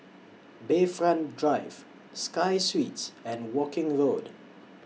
Bayfront Drive Sky Suites and Woking Road